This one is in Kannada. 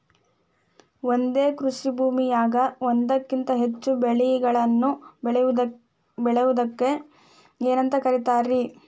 ಒಂದೇ ಕೃಷಿ ಭೂಮಿಯಾಗ ಒಂದಕ್ಕಿಂತ ಹೆಚ್ಚು ಬೆಳೆಗಳನ್ನ ಬೆಳೆಯುವುದಕ್ಕ ಏನಂತ ಕರಿತಾರಿ?